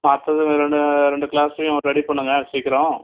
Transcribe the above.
ஏன்னா அடுத்தது இன்னும் இன்னும் ரெண்டு கிளாஸையும் ரெடி பண்ணுங்கள் சீக்கிரம்